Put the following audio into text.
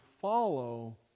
follow